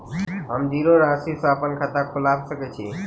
हम जीरो राशि सँ अप्पन खाता खोलबा सकै छी?